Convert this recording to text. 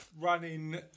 running